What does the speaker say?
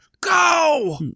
Go